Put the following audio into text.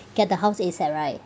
get the house ASAP right